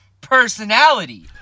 personality